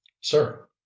sir